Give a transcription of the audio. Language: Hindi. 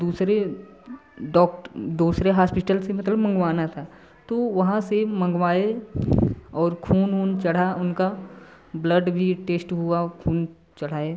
दूसरे डॉक्ट दूसरे हास्पिटल से मतलब मंगवाना था तो वहाँ से मँगवाए और खून ऊन चढ़ा उनका ब्लड भी टेश्ट हुआ खून चढ़ाए